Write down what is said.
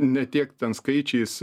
ne tiek ten skaičiais